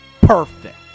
perfect